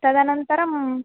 तदनन्तरम्